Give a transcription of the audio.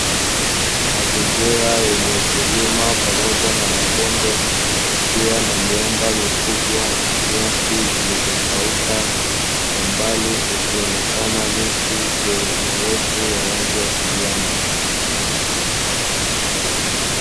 Mazingira yenye vilima pamoja na mabonde kukiwa na miamba mikubwa, nyasi zilizokauka; kwa mbali kukionekana miti mirefu ya rangi ya kijani.